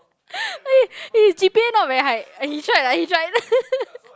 okay his g_p_a not very high he tried lah he tried